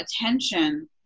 attention